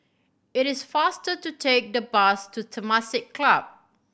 it is faster to take the bus to Temasek Club